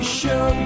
show